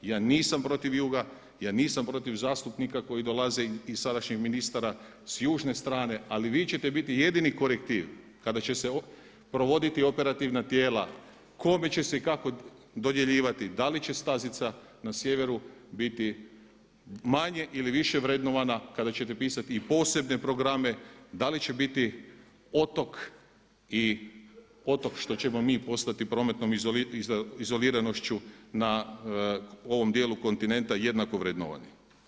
Ja nisam protiv juga, ja nisam protiv zastupnika koji dolaze i sadašnjeg ministra s južne strane ali vi ćete biti jedini korektiv kada će se provoditi operativna tijela kome će se i kako dodjeljivati, da li će stazica na sjeveru biti manje ili više vrednovana kada ćete pisati i posebne programe da li će biti otok i otok što ćemo mi postati prometnom izoliranošću na ovom dijelu kontinenta jednako vrednovani.